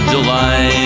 July